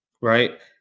right